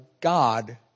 God